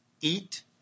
Eat